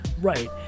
Right